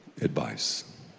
advice